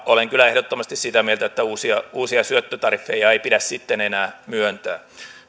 olen kyllä ehdottomasti sitä mieltä että uusia uusia syöttötariffeja ei pidä enää myöntää